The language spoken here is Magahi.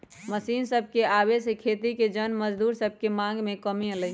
मशीन सभके आबे से खेती के जन मजदूर सभके मांग में कमी अलै ह